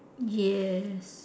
yes